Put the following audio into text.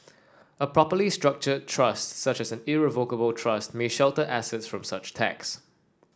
a properly structured trust such as an irrevocable trust may shelter assets from such tax